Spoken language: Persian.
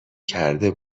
کرده